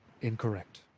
Incorrect